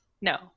no